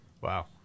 Wow